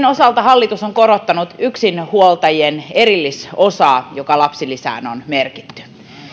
osalta hallitus on korottanut yksinhuoltajien erillisosaa joka lapsilisään on merkitty